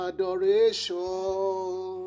Adoration